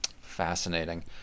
Fascinating